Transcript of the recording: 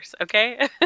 okay